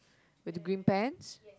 with the green pants